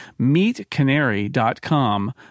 meetcanary.com